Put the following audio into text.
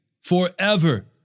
forever